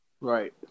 Right